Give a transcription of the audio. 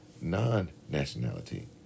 non-nationality